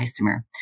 isomer